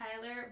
Tyler